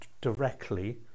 directly